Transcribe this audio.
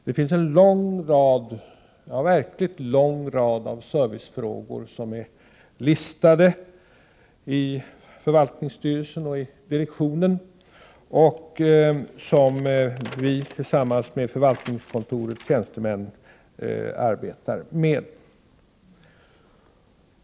Det finns en mycket lång rad av servicefrågor som är listade i förvaltningsstyrelsen och i direktionen och som vi tillsammans med förvaltningskontorets tjänstemän arbetar med.